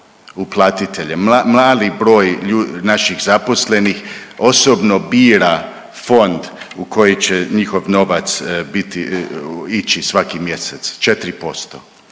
mali broj naših zaposlenih osobno bira fond u koji će njihov novac biti, ići svaki mjesec 4%.